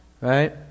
right